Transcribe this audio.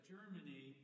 Germany